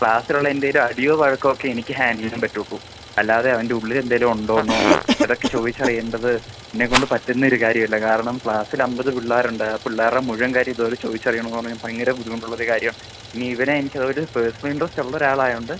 ക്ലാസിലുള്ള എന്തെങ്കിലും അടിയോ വഴക്കൊക്കെ എനിക്ക് ഹാൻഡിൽ ചെയ്യാൻ പറ്റൂള്ളൂ അല്ലാതെ അവൻ്റെ ഉള്ളിലെന്തെങ്കിലും ഉണ്ടോയെന്നോ അതൊക്കെ ചോദിച്ചറിയേണ്ടത് എന്നെക്കൊണ്ട് പറ്റുന്നൊരു കാര്യമല്ല കാരണം ക്ലാസ്സിൽ അമ്പത് പിള്ളാരുണ്ട് ആ പിള്ളാരുടെ മുഴുവൻ കാര്യവും ഇതുപോലെ ചോദിച്ചറിയണമെന്ന് പറഞ്ഞു കഴിഞ്ഞാൽ ഭയങ്കര ബുദ്ധിമുട്ടുള്ളൊരു കാര്യമാണ് ഇനി ഇവനെ എനിക്കതൊരു പേഴ്സ്ണ ഇൻട്രസ്റ്റുള്ളൊരാളായതുകൊണ്ട്